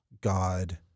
God